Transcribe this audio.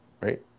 Right